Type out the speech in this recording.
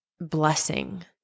blessing